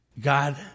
God